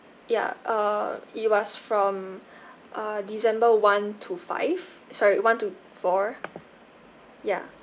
ya err it was from uh december one to five sorry one to four ya